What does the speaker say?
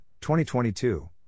2022